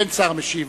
אין שר משיב.